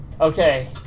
Okay